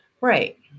right